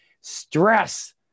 Stress